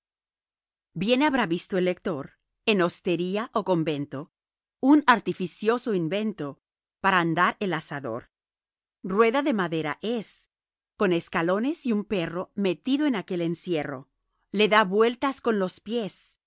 bien habrá visto el lector en hostería o convento un artificioso invento para andar el asador rueda de madera es con escalones y un perro metido en aquel encierro le da vueltas con los pies